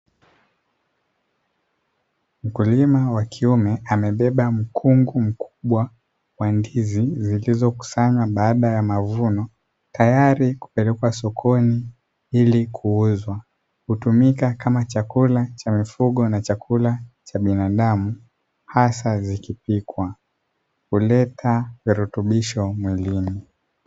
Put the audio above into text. Mkulima wa kiume, amebeba mkungu mkubwa wa ndizi, zilizokusanywa baada ya mavuno, tayari kupelekwa sokoni ili kuuzwa. Hutumika kama chakula cha mifugo na chakula cha binadamu hasa zikipikwa, huleta virutubisho mwilini.